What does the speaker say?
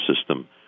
system